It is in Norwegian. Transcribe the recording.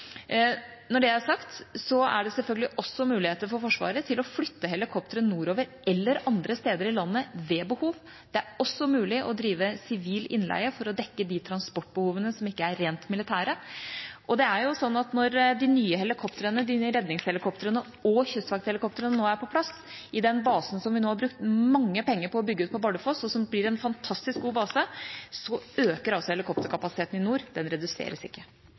Når det er sagt, er det selvfølgelig også muligheter for Forsvaret til å flytte helikoptre nordover eller andre steder i landet ved behov. Det er også mulig å drive sivil innleie for å dekke de transportbehovene som ikke er rent militære. Og det er jo sånn at når de nye helikoptrene – de nye redningshelikoptrene og kystvakthelikoptrene – nå er på plass i den basen som vi har brukt mange penger på å bygge ut på Bardufoss, og som blir en fantastisk god base, øker altså helikopterkapasiteten i nord. Den reduseres ikke.